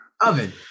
oven